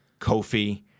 Kofi